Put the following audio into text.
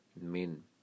men